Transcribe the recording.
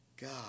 God